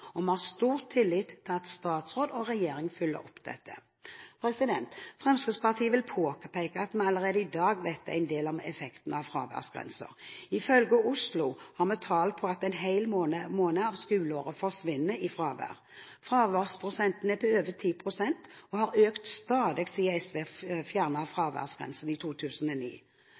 dokumentasjon. Vi har stor tillit til at statsråden og regjeringen følger opp dette. Fremskrittspartiet vil påpeke at vi allerede i dag vet en del om effektene av fraværsgrenser. Ifølge tall fra Oslo forsvinner en hel måned av skoleåret i fravær. Fraværsprosenten er på over 10 pst. og har stadig økt siden SV fjernet fraværsgrensen i 2009.